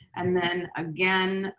and then again,